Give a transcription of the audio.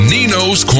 Nino's